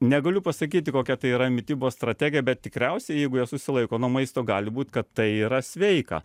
negaliu pasakyti kokia tai yra mitybos strategija bet tikriausiai jeigu jie susilaiko nuo maisto gali būt kad tai yra sveika